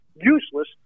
useless